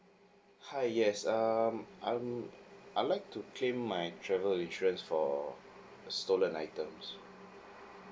hi yes um I'm I'll like to claim my travel insurance for stolen items